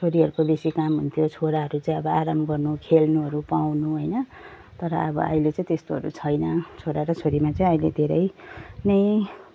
छोरीहरूको बेसी काम हुन्थ्यो छोराहरू चाहिँ अब आराम गर्नु खेल्नुहरू पाउनु होइन तर अब अहिले चाहिँ त्यस्तोहरू छैन छोरा र छोरीमा चाहिँ अहिले धेरै नै